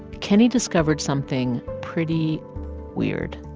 kenney discovered something pretty weird,